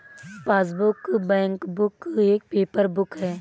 passbook, bankbook एक paper book है